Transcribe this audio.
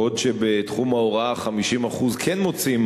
בעוד שבתחום ההוראה 50% כן מוצאים